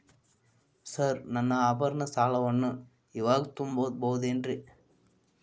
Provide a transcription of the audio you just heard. Sir ನನ್ನ ಆಭರಣ ಸಾಲವನ್ನು ಇವಾಗು ತುಂಬ ಬಹುದೇನ್ರಿ?